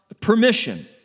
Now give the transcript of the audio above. permission